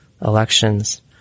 elections